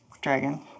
Dragon